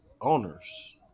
owners